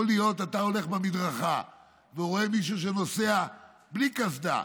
יכול להיות שאתה הולך במדרכה ורואה מישהו שנוסע בלי קסדה,